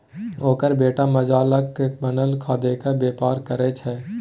ओकर बेटा मालजालक बनल खादकेर बेपार करय छै